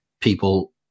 people